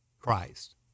Christ